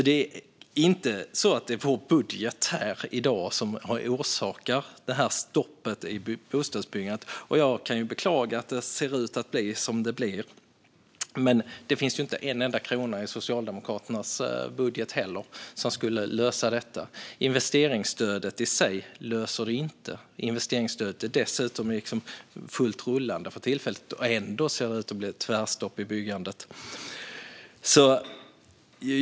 Det är inte vår budget här i dag som har orsakat stoppet i bostadsbyggandet, och jag beklagar att det ser ut att bli som det blir. Det finns inte en enda krona i Socialdemokraternas budget som skulle lösa detta. Investeringsstödet i sig löser det inte. Detta stöd är dessutom fullt rullande för tillfället, och ändå ser det ut att bli tvärstopp i byggandet.